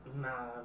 Nah